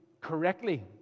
correctly